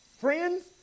Friends